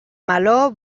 meló